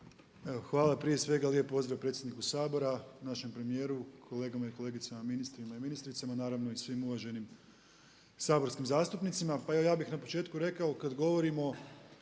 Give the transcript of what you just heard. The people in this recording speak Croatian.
hvala. Prije svega lijep pozdrav predsjedniku Sabora, našem premijeru, kolegama i kolegicama ministrima i ministricama, naravno i svim uvaženim saborskim zastupnicima. Pa evo ja bih na početku rekao kad govorimo